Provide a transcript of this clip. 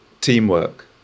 teamwork